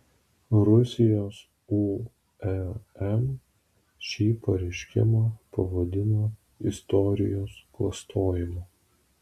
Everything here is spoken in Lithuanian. rusijos urm šį pareiškimą pavadino istorijos klastojimu